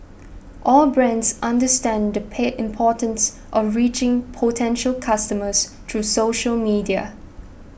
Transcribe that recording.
all brands understand the importance of reaching potential customers through social media